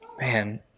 Man